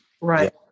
Right